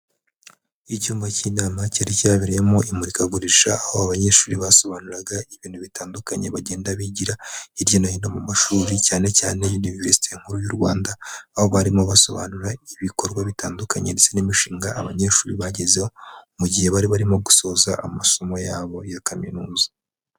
Icyumba cy'inama cyari cyabereyemo imurikagurisha, aho abanyeshuri basobanuraga ibintu bitandukanye bagenda bigira hirya no hino mu mashuri cyane cyane iniverisite nkuru y'u Rwanda. Aho barimo basobanura ibikorwa bitandukanye ndetse n'imishinga abanyeshuri bagezeho, mu gihe bari barimo gusoza amasomo yabo ya kaminuza.